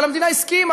אבל המדינה הסכימה,